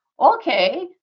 Okay